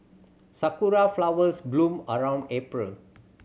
sakura flowers bloom around April